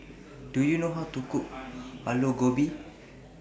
Do YOU know How to Cook Aloo Gobi